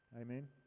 Amen